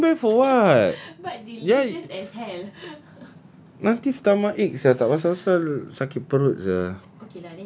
then you bring back for what then nanti stomachache sia tak pasal-pasal sakit perut sia